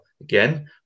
Again